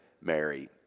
Mary